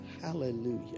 Hallelujah